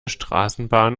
straßenbahn